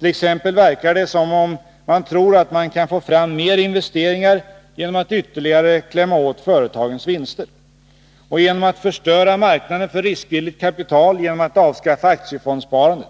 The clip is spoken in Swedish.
T. ex. verkar det som om man tror att man kan få fram mer investeringar genom att ytterligare klämma åt företagens vinster och genom att förstöra marknaden för riskvilligt kapital genom att avskaffa aktiefondssparandet.